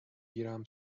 گیرم